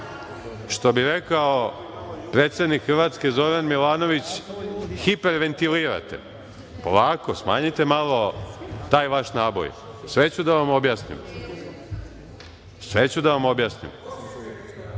Što bi rekao predsednik Hrvatske Zoran Milanović – hiperventilirate. Polako, smanjite malo taj vaš naboj. Sve ću da vam objasnim.(_____________: Ko si